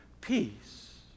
peace